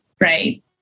right